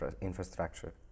infrastructure